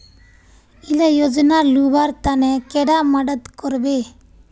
इला योजनार लुबार तने कैडा मदद करबे?